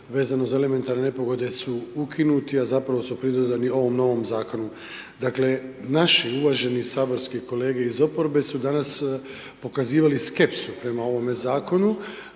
vezano za elementarne nepogode su ukinuti, a zapravo su pridodani ovom novom Zakonu. Dakle, naši uvaženi saborski kolege iz oporbe su danas pokazivali skepsu prema ovome Zakonu